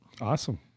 Awesome